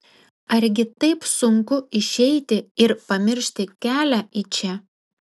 argi taip sunku išeiti ir pamiršti kelią į čia